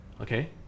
okay